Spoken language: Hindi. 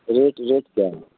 रेट रेट क्या है